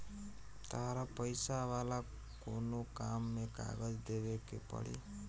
तहरा पैसा वाला कोनो काम में कागज देवेके के पड़ी